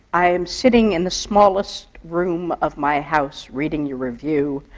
i am sitting in the smallest room of my house, reading your review.